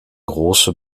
große